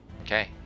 okay